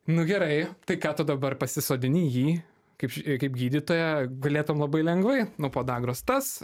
nu gerai tai ką tu dabar pasisodini jį kaip šei kaip gydytoja galėtum labai lengvai nuo podagros tas